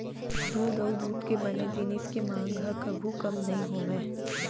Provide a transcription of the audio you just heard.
दूद अउ दूद के बने जिनिस के मांग ह कभू कम नइ होवय